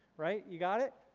right, you got it?